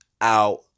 Out